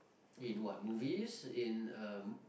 in what movies in uh